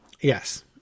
Yes